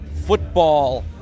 football